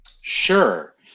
Sure